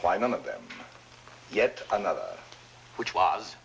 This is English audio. why none of them yet another which was